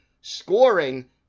scoring